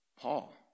Paul